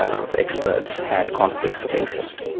a lot of the experts had conflicts of interest.